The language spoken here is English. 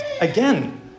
Again